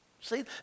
See